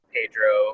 Pedro